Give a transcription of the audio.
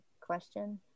question